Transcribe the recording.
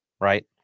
right